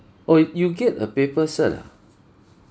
oh you get a paper cert ah